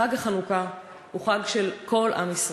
חג החנוכה הוא חג של כל עם ישראל.